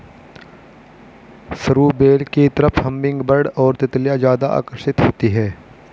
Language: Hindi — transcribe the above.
सरू बेल की तरफ हमिंगबर्ड और तितलियां ज्यादा आकर्षित होती हैं